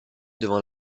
devant